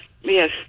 yes